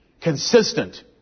consistent